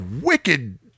wicked